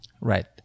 Right